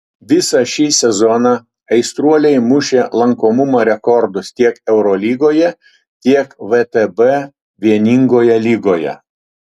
visą šį sezoną aistruoliai mušė lankomumo rekordus tiek eurolygoje tiek vtb vieningoje lygoje